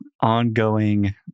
ongoing